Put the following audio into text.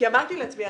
כי אמרתי לעצמי,